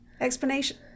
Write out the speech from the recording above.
Explanation